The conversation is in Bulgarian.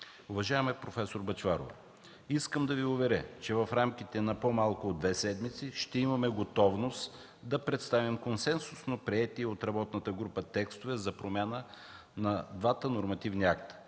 Уважаема проф. Бъчварова, искам да Ви уверя, че в рамките на по-малко от две седмици ще имаме готовност да представим консенсусно приети от работната група текстове за промяна на двата нормативни акта